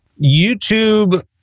YouTube